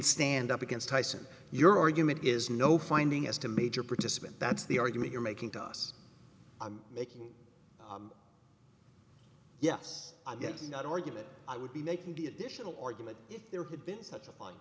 stand up against tyson your argument is no finding as to major participant that's the argument you're making to us i'm making yes i'm getting that argument i would be making the additional argument if there had been